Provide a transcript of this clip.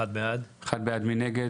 הצבעה בעד, 1 נגד,